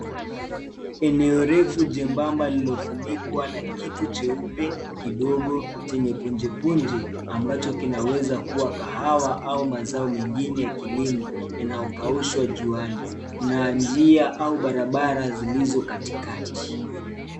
Eneo refu jembamba lililofunikwa na kitu cheupe kidogo chenye punje punje, ambacho kinaweza kua kahawa au mazao mengine ya kilimo yanayokaushwa juani, na njia au barabara zilizo katikati.